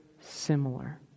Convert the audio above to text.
similar